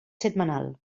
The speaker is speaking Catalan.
setmanal